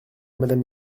madame